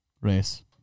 race